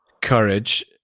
courage